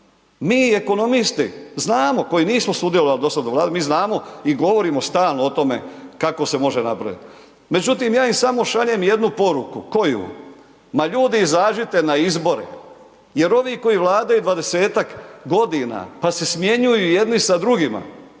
Mi ekonomisti, znamo, koji nismo sudjelovali do sada u vladi, mi znamo i govorimo stalno o tome, kako se može …/Govornik se ne razumije./… Međutim, ja im samo šaljem jednu poruku, koju? Ma ljudi izađite na izbore, jer ovi koji vladaju 20-tak godina pa se smjenjuju jedni sa drugima,